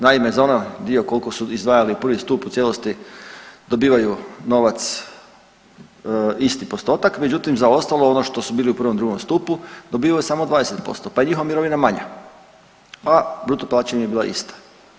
Naime, za onaj dio koliko su izdvajali u prvi stup u cijelosti dobivaju novac isti postotak međutim za ostalo ono što su bili u prvom, drugom stupu dobivaju samo 20% pa je njihova mirovina manja, a bruto plaća im je bila ista.